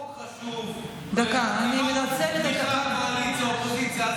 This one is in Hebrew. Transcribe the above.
חוק חשוב, בתמיכת קואליציה ואופוזיציה.